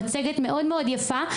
המצגת מאוד מאוד יפה,